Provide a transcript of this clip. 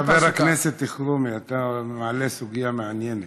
חבר הכנסת אלחרומי, אתה מעלה סוגיה מעניינת.